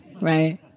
Right